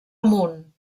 amunt